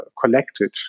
collected